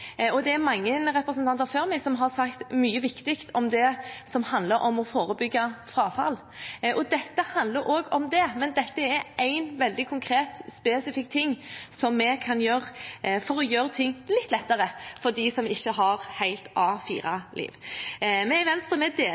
mye. Det er mange representanter før meg som har sagt mye viktig om det som handler om å forebygge frafall. Det handler også om det, men dette er noe veldig konkret og spesifikt som vi kan gjøre for å gjøre det litt lettere for dem som ikke har et helt A4-liv. Vi i Venstre deler derfor forslagsstillernes intensjon med